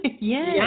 Yes